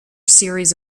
series